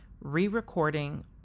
re-recording